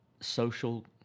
social